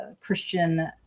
Christian